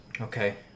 Okay